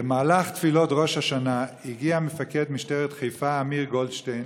במהלך תפילות ראש השנה הגיע מפקד משטרת חיפה אמיר גולדשטיין